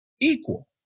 equal